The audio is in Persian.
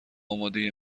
امادهی